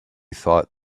thought